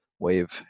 wave